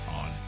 on